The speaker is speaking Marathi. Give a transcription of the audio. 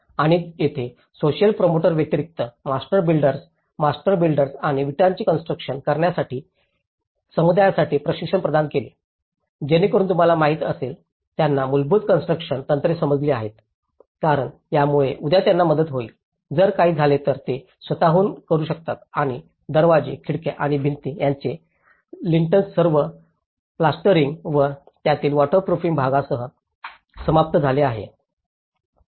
आणि येथे सोसिअल प्रोमोटरव्यतिरिक्त मास्टर बिल्डर्स मास्टर बिल्डर्स आणि विटांचे कॉन्स्ट्रुकशन करणार्यांनी समुदायासाठी प्रशिक्षण प्रदान केले आहे जेणेकरुन तुम्हाला माहित असेल त्यांना मूलभूत कॉन्स्ट्रुकशन तंत्रे समजली आहेत कारण यामुळे उद्या त्यांना मदत होईल जर काही झाले तर ते स्वतःहून करू शकतात आणि दरवाजे खिडक्या आणि भिंती यांचे लिन्टल सर्व प्लास्टरिंग व त्यातील वॉटरप्रूफिंग भागासह समाप्त झाले आहेत